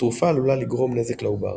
התרופה עלולה לגרום נזק לעובר.